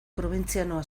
probintzianoa